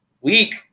week